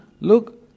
look